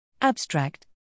Abstract